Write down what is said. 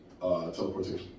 Teleportation